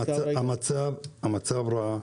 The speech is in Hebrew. המצב רע.